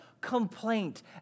complaint